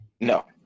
No